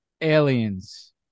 Aliens